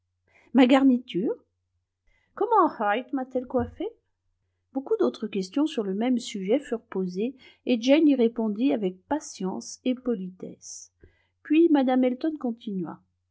ma garniture comment wright m'a-t-elle coiffée beaucoup d'autres questions sur le même sujet furent posées et jane y répondit avec patience et politesse puis mme elton continua